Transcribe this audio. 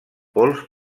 pols